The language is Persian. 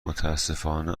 متاسفانه